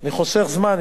אני חוסך זמן.